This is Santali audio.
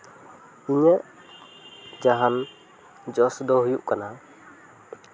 ᱤᱧᱟᱹᱜ ᱡᱟᱦᱟᱱ ᱡᱚᱥ ᱫᱚ ᱦᱩᱭᱩᱜ ᱠᱟᱱᱟ